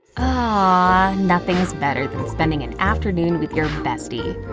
ah nothing's better than spending an afternoon with your bestie.